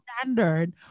standard